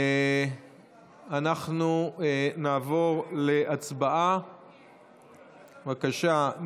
אנחנו נעבור להצבעה, בבקשה.